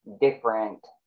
different